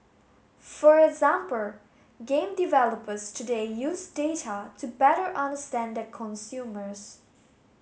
for example game developers today use data to better understand their consumers